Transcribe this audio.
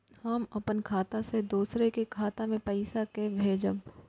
हम अपन खाता से दोसर के खाता मे पैसा के भेजब?